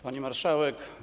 Pani Marszałek!